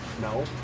No